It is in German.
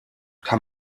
kann